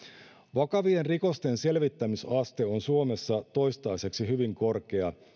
vakavien rikosten selvittämisaste on suomessa toistaiseksi hyvin korkea